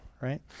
right